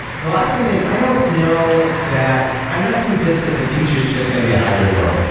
the last thing is i don't know that i'm not convinced that the future is just going to be a hybrid world.